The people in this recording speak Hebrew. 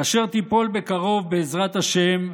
כאשר תיפול בקרוב, בעזרת השם,